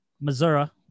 Missouri